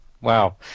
Wow